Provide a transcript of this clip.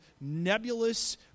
nebulous